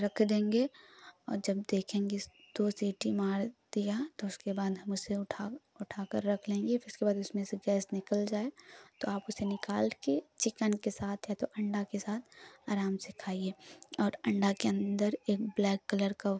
रख देंगे और जब देखेंगे दो सीटी मार दिया तो उसके बाद हम उसे उठा उठाकर रख लेंगे फिर उसके बाद उसमें से गैस निकल जाए तो आप उसे निकाल कर चिकन के साथ या तो अंडा के साथ अराम से खाइए और अंडा के अंदर एक ब्लैक कलर का